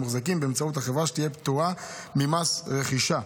המוחזקים באמצעות החברה שתהיה פטורה ממס רכישה.